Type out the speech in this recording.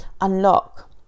unlock